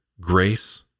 grace